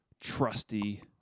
trusty